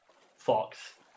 Fox